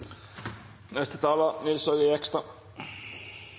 neste taler.